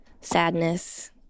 sadness